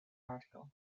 article